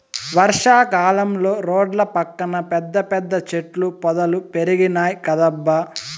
వర్షా కాలంలో రోడ్ల పక్కన పెద్ద పెద్ద చెట్ల పొదలు పెరిగినాయ్ కదబ్బా